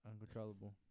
Uncontrollable